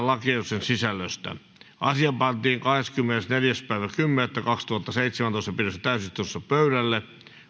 lakiehdotusten sisällöstä asia pantiin kahdeskymmenesneljäs kymmenettä kaksituhattaseitsemäntoista pidetyssä täysistunnossa pöydälle